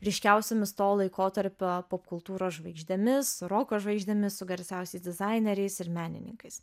ryškiausiomis to laikotarpio popkultūros žvaigždėmis roko žvaigždėmis su garsiausiais dizaineriais ir menininkais